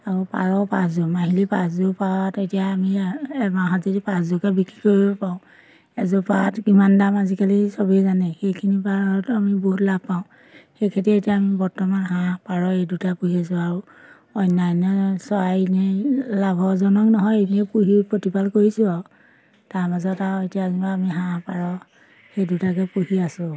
আৰু পাৰ পাঁচযোৰ মাহিলী পাঁচযোৰ পাৰত এতিয়া আমি এমাহত যদি পাঁচযোৰকৈ বিক্ৰী কৰিব পাৰোঁ এযোৰ পাৰত কিমান দাম আজিকালি সবেই জানেই সেইখিনি পাৰত আমি বহুত লাভ পাওঁ সেইকাৰণে এতিয়া আমি বৰ্তমান হাঁহ পাৰ এই দুটা পুহি আছোঁ আৰু অন্যান্য চৰাই এনেই লাভজনক নহয় এনেই পুহি প্ৰতিপাল কৰিছোঁ আৰু তাৰ মাজত আৰু এতিয়া যেনিবা আমি হাঁহ পাৰ সেই দুটাকে পুহি আছোঁ